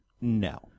No